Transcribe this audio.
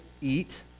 eat